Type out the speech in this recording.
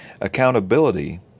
Accountability